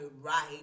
right